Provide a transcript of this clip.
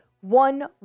one